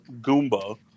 Goomba